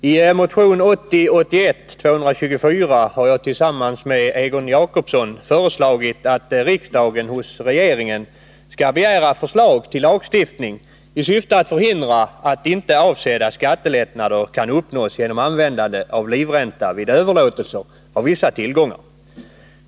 Herr talman! I motion 224 har jag tillsammans med Egon Jacobsson föreslagit att riksdagen hos regeringen skall begära förslag till lagstiftning i syfte att förhindra att inte avsedda skattelättnader kan uppnås genom användandet av livränta vid överlåtelser av vissa tillgångar.